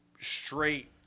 straight